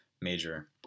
major